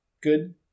Good